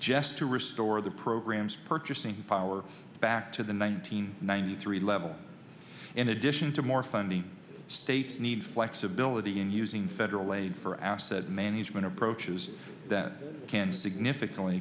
to restore the program's purchasing power back to the one hundred ninety three level in addition to more funding states need flexibility in using federal aid for asset management approaches that can significantly